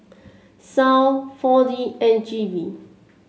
SAL Four D and G V